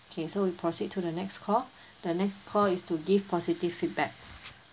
okay so we proceed to the next call the next call is to give positive feedback